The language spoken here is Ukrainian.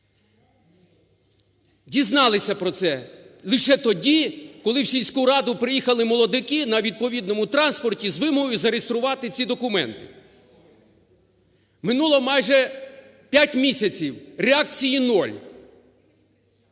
Дізналися про це лише тоді, коли в сільську раду приїхали молодики на відповідному транспорті з вимогою зареєструвати ці документи. Минуло майже 5 місяців, реакції нуль.